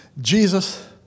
jesus